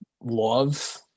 love